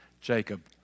Jacob